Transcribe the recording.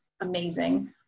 amazing